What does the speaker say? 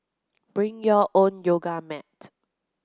bring your own yoga mat